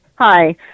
Hi